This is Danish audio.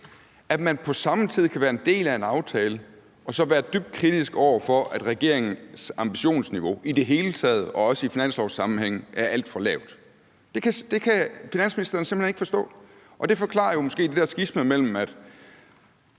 at man på samme tid kan være en del af en aftale og så være dybt kritisk over for, at regeringens ambitionsniveau i det hele taget og også i finanslovssammenhæng er alt for lavt. Det kan finansministeren simpelt hen ikke forstå, og det forklarer jo måske det der skisma mellem, at